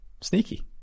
sneaky